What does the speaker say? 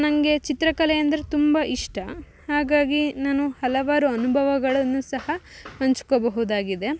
ನಂಗೆ ಚಿತ್ರಕಲೆಯೆಂದರೆ ತುಂಬ ಇಷ್ಟ ಹಾಗಾಗಿ ನಾನು ಹಲವಾರು ಅನುಭವಗಳನ್ನು ಸಹ ಹಂಚ್ಕೊಬಹುದಾಗಿದೆ